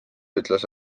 ütles